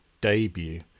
debut